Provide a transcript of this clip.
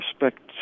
respect